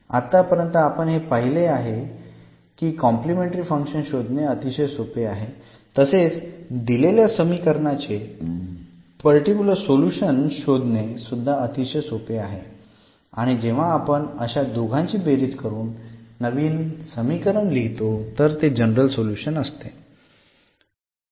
आतापर्यंत आपण हे पहिले की कॉम्प्लिमेंटरी फंक्शन्स शोधणे अतिशय सोपे आहे तसेच दिलेल्या समीकरणाचे पर्टिक्युलर सोल्युशन शोधणे सूध्दा अतिशय सोपे आहे आणि जेव्हा आपण अशा दोघांची बेरीज करून नवीन समीकरण लिहितो तर ते जनरल सोल्युशन असते